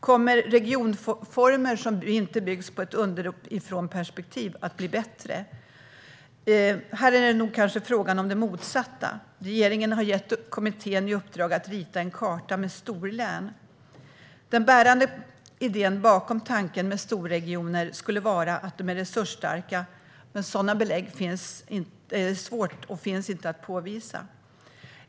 Kommer regionformer som inte bygger på ett underifrånperspektiv, att bli bättre? Här är det nog fråga om det motsatta. Regeringen har gett kommittén i uppdrag att rita en karta med storlän. Den bärande tanken bakom idén med storregioner skulle vara att de är resursstarka. Men det finns inte belägg för det.